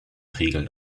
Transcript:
regeln